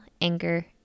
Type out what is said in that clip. anger